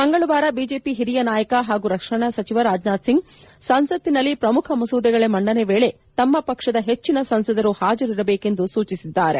ಮಂಗಳವಾರ ಬಿಜೆಪಿ ಹಿರಿಯ ನಾಯಕ ಹಾಗೂ ರಕ್ಷಣಾ ಸಚಿವ ರಾಜನಾಥ್ ಸಿಂಗ್ ಸಂಸತ್ತಿನಲ್ಲಿ ಪ್ರಮುಖ ಮಸೂದೆಗಳ ಮಂಡನೆ ವೇಳೆ ತಮ್ಮ ಪಕ್ಷದ ಹೆಚ್ಚಿನ ಸಂಸದರು ಹಾಜರಿರಬೇಕೆಂದು ಸೂಚಿಸಿದ್ದಾರೆ